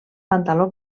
pantaló